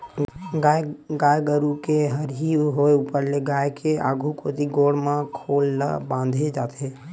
गाय गरु के हरही होय ऊपर ले गाय के आघु कोती गोड़ म खोल ल बांधे जाथे